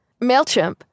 MailChimp